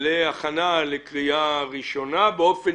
באופן יעיל להעברה לקריאה ראשונה; אופן